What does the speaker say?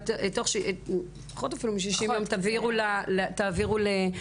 פחות אפילו מ-60 יום תעבירו לוועדה,